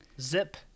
Zip